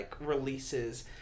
releases